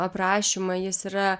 aprašymą jis yra